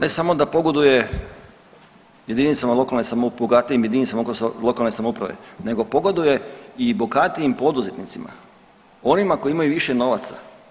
Ne samo da pogoduje jedinica lokalne .../nerazumljivo/... bogatijim jedinicama lokalne samouprave, nego pogoduje i bogatijim poduzetnicima, onima koji imaju više novaca.